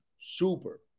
Super